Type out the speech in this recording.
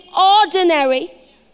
ordinary